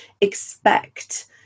expect